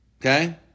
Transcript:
Okay